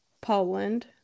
Poland